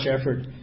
effort